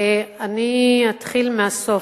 אני אתחיל מהסוף.